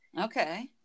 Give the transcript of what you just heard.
Okay